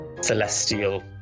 celestial